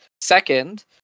second